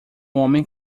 homem